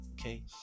okay